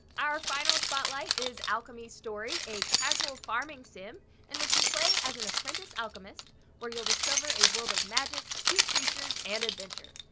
our final spotlight is alchemy story, a casual farming sim in which you play as an apprentice alchemist where you'll discover a world of magic, cute creatures, and adventure.